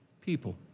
people